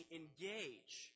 engage